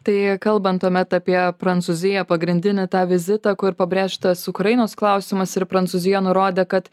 tai kalbant tuomet apie prancūziją pagrindinį tą vizitą kur pabrėžtas ukrainos klausimas ir prancūzija nurodė kad